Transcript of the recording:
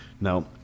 Now